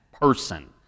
person